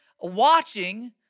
watching